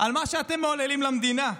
על מה שאתם מעוללים למדינה?